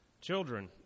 Children